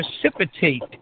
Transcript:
precipitate